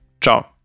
Ciao